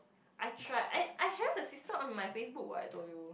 I tried I I have her sister on my Facebook what I told you